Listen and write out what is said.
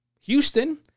Houston